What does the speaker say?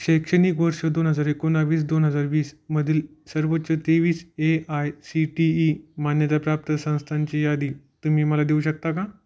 शैक्षणिक वर्ष दोन हजार एकोणवीस दोन हजार वीस मधील सर्वोच्च तेवीस A I C T E मान्यताप्राप्त संस्थांची यादी तुम्ही मला देऊ शकता का